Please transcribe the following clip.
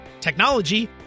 technology